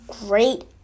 great